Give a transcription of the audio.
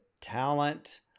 talent